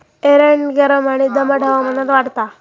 एरंड गरम आणि दमट हवामानात वाढता